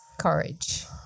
courage